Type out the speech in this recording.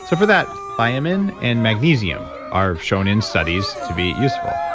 so for that, thiamine and magnesium are shown in studies to be useful.